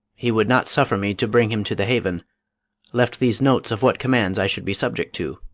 he would not suffer me to bring him to the haven left these notes of what commands i should be subject to,